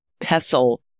pestle